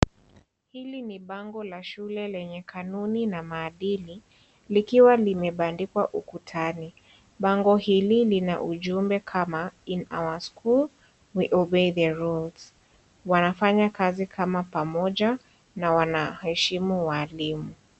Hili ni bango la shule lenye kanuni na maadili, likiwa limepandikwa ukutani. Bango hili lina ujumbe kama In our school we obey the rules . Wanafanya kazi kama pamoja na wanaheshimu walimu.